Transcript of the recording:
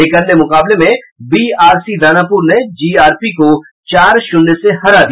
एक अन्य मुकाबले में बीआरसी दानापुर ने जीआरपी को चार शून्य से हरा दिया